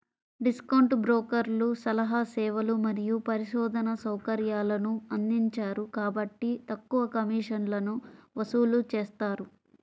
discount బ్రోకర్లు సలహా సేవలు మరియు పరిశోధనా సౌకర్యాలను అందించరు కాబట్టి తక్కువ కమిషన్లను వసూలు చేస్తారు